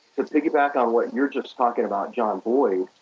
to piggy back on what you're just talking about, john boyd,